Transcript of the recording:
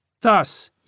Thus